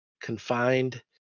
confined